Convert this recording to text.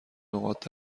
لغات